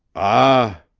ah!